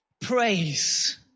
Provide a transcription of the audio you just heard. Praise